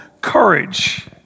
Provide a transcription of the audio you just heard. courage